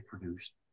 produced